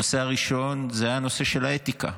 הנושא הראשון זה הנושא של האתיקה.